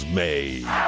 made